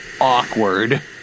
awkward